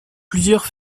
plusieurs